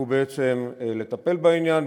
בעצם לטפל בעניין.